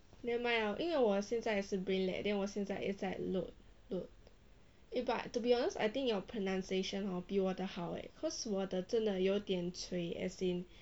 nevermind lah 因为我现在也是 brain lag then 我现在也在 load load eh but to be honest I think your pronunciation hor 比我的好 leh cause 我的真的有点衰 as in